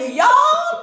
y'all